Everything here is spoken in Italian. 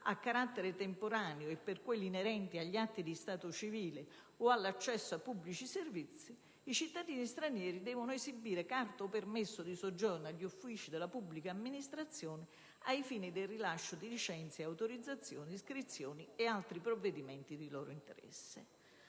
a carattere temporaneo e per quelli inerenti agli atti di stato civile o all'accesso a pubblici servizi, i cittadini stranieri devono esibire carta o permesso di soggiorno agli uffici della pubblica amministrazione ai fini del rilascio di licenze, autorizzazioni ed iscrizioni ed altri provvedimenti di loro interesse.